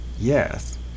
Yes